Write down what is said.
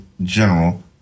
General